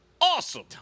awesome